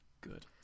Good